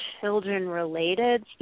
children-related